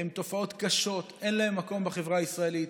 הן תופעות קשות שאין להן מקום בחברה הישראלית.